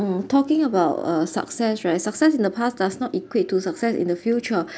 mm talking about uh success right success in the past does not equate to success in the future